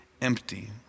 empty